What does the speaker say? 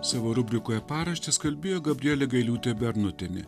savo rubrikoje paraštės kalbėjo gabrielė gailiūtė bernotienė